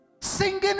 singing